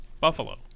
Buffalo